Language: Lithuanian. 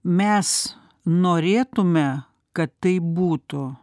mes norėtume kad taip būtų